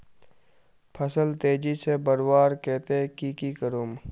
फल तेजी से बढ़वार केते की की करूम?